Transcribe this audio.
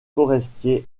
forestier